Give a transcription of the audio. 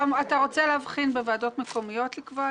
אתה רוצה להבחין בוועדות מקומיות לקבוע?